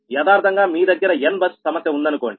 యదార్ధంగా మీ దగ్గర n బస్ సమస్య ఉందనుకోండి